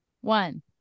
one